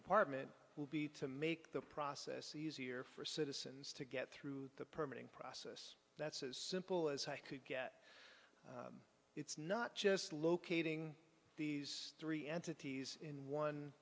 department will be to make the process easier for citizens to get through the permanent process that's as simple as i could get it's not just locating these three entities in one